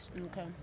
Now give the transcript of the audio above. Okay